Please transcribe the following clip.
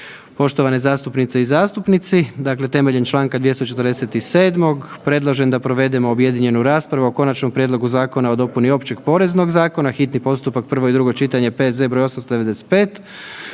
Poštovane zastupnice i zastupnici, dakle temeljem čl. 247. predlažem da provedemo objedinjenu raspravu o: Konačnom prijedlogu zakona o dopuni Općeg poreznog zakona, hitni postupak, prvo i drugo čitanje, P.Z. br. 895.